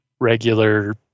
regular